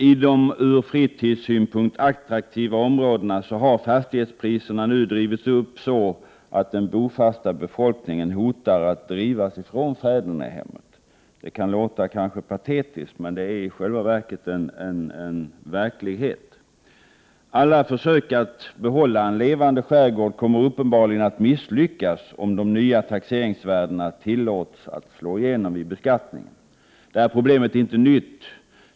I de ur fritidssynpunkt attraktiva områdena har fastighetspriserna nu drivits upp så att den bofasta befolkningen hotas att bli driven från fädernehemmet. Det kan kanske låta patetiskt, men detta är verkligheten. Alla försök att behålla en levande skärgård kommer uppenbarligen att misslyckas om de nya taxeringsvärdena tillåts att slå igenom vid beskattningen. Problemet är inte nytt.